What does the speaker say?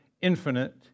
infinite